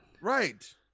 Right